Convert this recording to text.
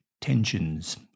tensions